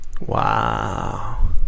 Wow